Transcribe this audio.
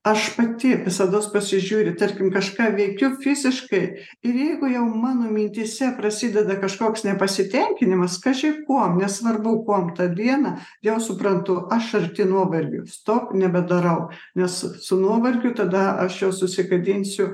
aš pati visados pasižiūriu tarkim kažką veikiu fiziškai ir jeigu jau mano mintyse prasideda kažkoks nepasitenkinimas kaži kuo nesvarbu kuom tą dieną jau suprantu aš arti nuovargio stop nebedarau nes su nuovargiu tada aš jau susigadinsiu